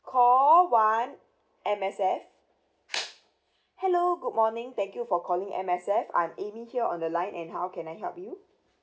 call one M_S_F hello good morning thank you for calling M_S_F I'm amy here on the line and how can I help you